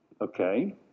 okay